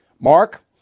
Mark